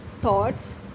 thoughts